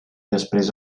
després